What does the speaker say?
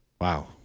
Wow